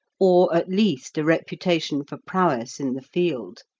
or at least a reputation for prowess in the field.